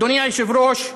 אדוני היושב-ראש,